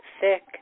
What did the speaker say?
thick